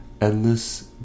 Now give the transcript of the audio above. Endless